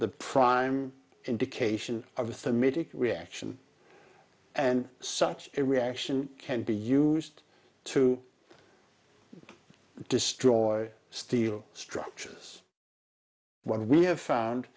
the prime indication of the media reaction and such a reaction can be used to destroy steel structures what we have found